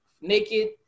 naked